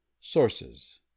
sources